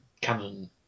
canon